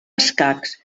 escacs